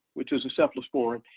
which is a cephalosporin,